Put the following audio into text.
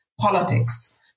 politics